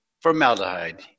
formaldehyde